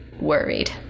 worried